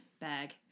bag